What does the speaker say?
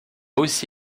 aussi